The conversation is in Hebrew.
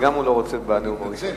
גם את זה הוא לא רוצה בנאום הראשון.